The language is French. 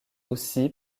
aussi